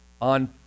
on